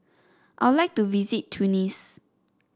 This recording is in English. I would like to visit Tunis